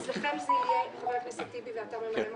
אצלכם זה יהיה חבר הכנסת טיבי, ואתה ממלא מקום?